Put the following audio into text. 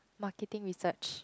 marketing research